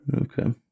Okay